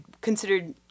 considered